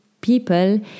people